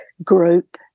group